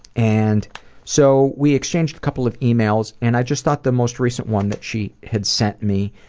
and so we exchanged a couple of emails and i just thought the most recent one that she had sent me